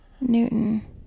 newton